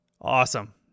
Awesome